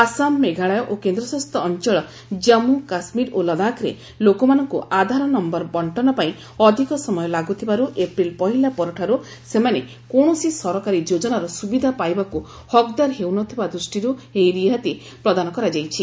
ଆସାମ ମେଘାଳୟ ଓ କେନ୍ଦ୍ରଶାସିତ ଅଞ୍ଚଳ ଜାଞ୍ଗୁ କାଶ୍ମୀର ଓ ଲଦାଖରେ ଲୋକମାନଙ୍କୁ ଆଧାର ନୟର ବଣ୍ଟନ ପାଇଁ ଅଧିକ ସମୟ ଲାଗୁଥିବାରୁ ଏପ୍ରିଲ୍ ପହିଲା ପରଠାରୁ ସେମାନେ କୌଣସି ସରକାରୀ ଯୋଜନାର ସୁବିଧା ପାଇବାକୁ ହକ୍ଦାର ହେଉ ନଥିବା ଦୃଷ୍ଟିରୁ ଏହି ରିହାତି ପ୍ରଦାନ କରାଯାଇଛି